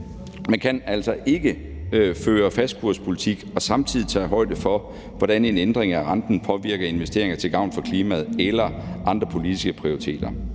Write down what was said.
Man kan altså ikke føre fastkurspolitik og samtidig tage højde for, hvordan en ændring af renten påvirker investeringer til gavn for klimaet, eller andre politiske prioriteter.